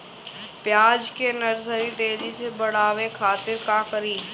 प्याज के नर्सरी तेजी से बढ़ावे के खातिर का करी?